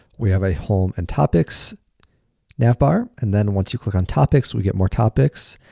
we have a home and topics nav bar. and then, once you click on topics we get more topics,